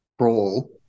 role